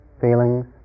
feelings